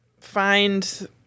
find